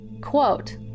quote